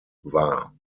war